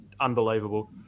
Unbelievable